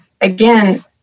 again